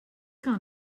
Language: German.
gar